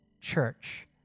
church